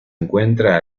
encuentra